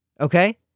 Okay